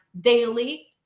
daily